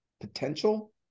potential